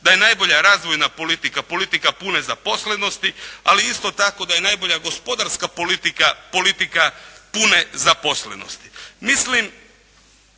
da je najbolja razvojna politika politika pune zaposlenosti, ali isto tako da je najbolja gospodarska politika politika pune zaposlenosti. Mislim